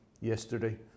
yesterday